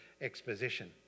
exposition